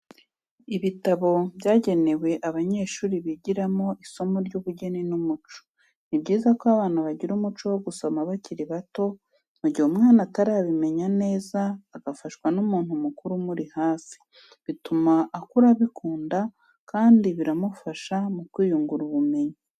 Ibitabo byagewe abanyeshuri bigiramo isomo ry'ubugeni n'umuco, ni byiza ko abana bagira umuco wo gusoma bakiri bato mu gihe umwana atarabimenya neza agafaswa n'umuntu mukuru umuri hafi, bituma akura abikunda kandi biramufasha mu kwiyungura ubumenyi.